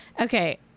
Okay